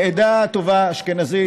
מעדה טובה, אשכנזית.